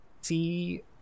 see